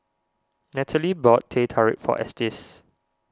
Nataly bought Teh Tarik for Estes